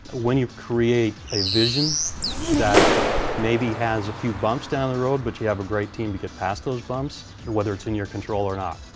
when you create a vision that maybe has a few bumps down the road, but you have a great team to get past those bumps, and whether it's in your control or not.